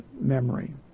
memory